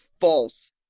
false